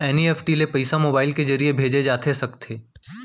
NEFT ले पइसा mobile के ज़रिए भेजे जाथे सकथे?